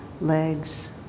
legs